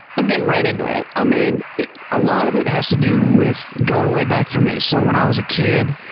i'm getting right into it. i mean, a lot of it has to do with, going way back for me. so when i was a kid,